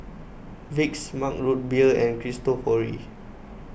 Vicks Mug Root Beer and Cristofori